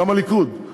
גם הליכוד,